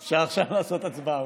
אולי אפשר עכשיו לעשות הצבעה.